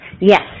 Yes